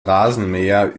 rasenmäher